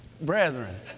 Brethren